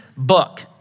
Book